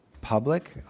public